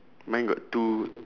mine got two